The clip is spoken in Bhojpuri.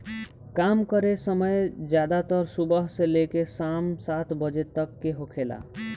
काम करे समय ज्यादातर सुबह से लेके साम सात बजे तक के होखेला